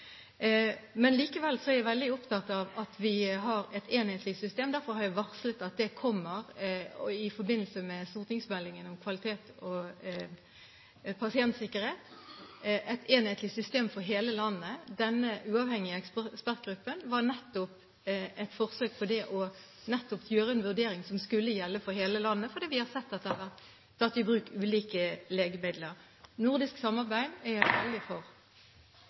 Men likevel er jeg veldig opptatt av at vi har et enhetlig system. Derfor har jeg varslet at det kommer et enhetlig system for hele landet i forbindelse med stortingsmeldingen om kvalitet og pasientsikkerhet. Denne uavhengige ekspertgruppen var nettopp et forsøk på å gjøre en vurdering som skulle gjelde for hele landet, for vi har sett at det har vært tatt i bruk ulike legemidler. Nordisk samarbeid er jeg veldig for.